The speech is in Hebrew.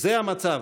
זה המצב.